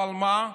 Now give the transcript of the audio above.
אבל מה?